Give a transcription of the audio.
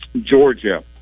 Georgia